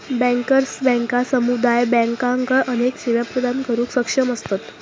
bankers बँका समुदाय बँकांका अनेक सेवा प्रदान करुक सक्षम असतत